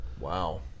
Wow